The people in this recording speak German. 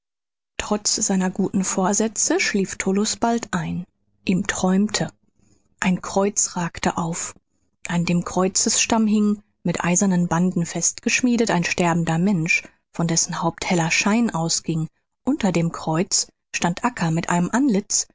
trotz seiner guten vorsätze schlief tullus bald ein ihm träumte ein kreuz ragte auf an dem kreuzesstamm hing mit eisernen banden festgeschmiedet ein sterbender mensch von dessen haupt heller schein ausging unter dem kreuz stand acca mit einem antlitz